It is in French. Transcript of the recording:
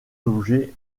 objets